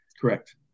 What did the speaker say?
Correct